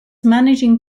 managing